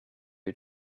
you